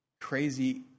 crazy